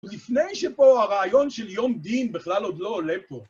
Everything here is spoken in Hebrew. לפני שפה הרעיון של יום דין בכלל עוד לא עולה פה.